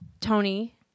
Tony